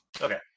Okay